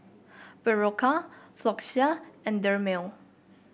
Berocca Floxia and Dermale